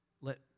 let